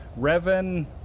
Revan